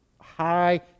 high